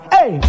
Hey